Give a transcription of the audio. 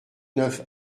neuf